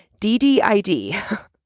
DDID